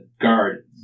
guard